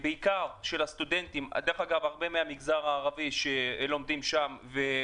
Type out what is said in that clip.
בעיקר של סטודנטים, הרבה מהמגזר הערבי שלומדים שם.